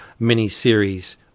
miniseries